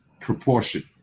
proportion